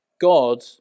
God